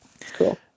cool